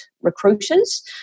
recruiters